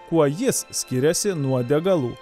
kuo jis skiriasi nuo degalų